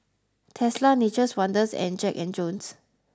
Tesla Nature's Wonders and Jack and Jones